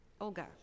Olga